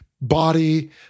body